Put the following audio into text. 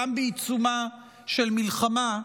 גם בעיצומה של מלחמה,